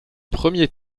premier